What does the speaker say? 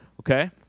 Okay